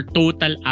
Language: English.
total